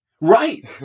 Right